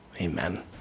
amen